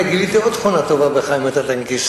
הנה, גיליתי עוד תכונה טובה בך אם אתה טנקיסט.